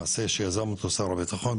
מעשה שיזם אותו שר הביטחון,